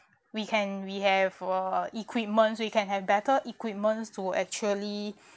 we can we have uh equipments we can have better equipments to actually